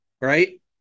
right